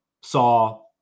saw